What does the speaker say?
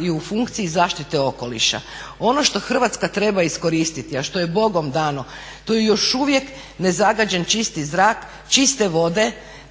i u funkciji zaštite okoliša. Ono što Hrvatska treba iskoristiti, a što je Bogom danom, to je još uvijek nezagađen čisti zrak, čiste vode